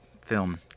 film